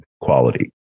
quality